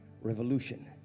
revolution